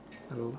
hello